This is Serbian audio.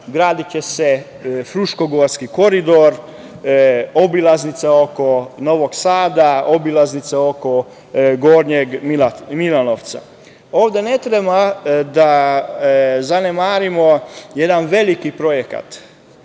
gradiće se Fruškogorski koridor, obilaznica oko Novog Sada, obilaznica oko Gornjeg Milanovca. Ovde ne treba da zanemarimo jedan veliki projekat,